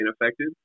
ineffective